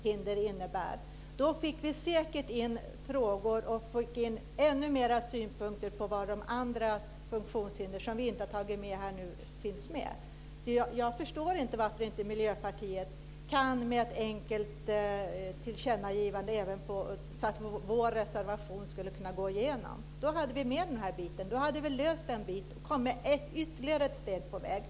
Vi skulle då säkert få in synpunkter på olika funktionshinder som vi här inte har tagit med. Jag förstår inte varför inte Miljöpartiet kan se till att vår reservation går igenom. Då skulle vi ha kommit ytterligare ett steg framåt på vägen.